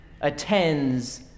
attends